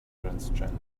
transgender